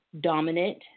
dominant